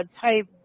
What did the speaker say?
type